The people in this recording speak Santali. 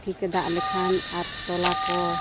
ᱴᱷᱤᱠᱮ ᱫᱟᱜ ᱞᱮᱠᱷᱟᱱ ᱟᱨ ᱛᱚᱞᱟ ᱠᱚ